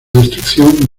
destrucción